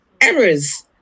errors